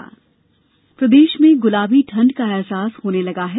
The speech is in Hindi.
मौसम प्रदेश में गुलाबी ठंड का अहसास होने लगा है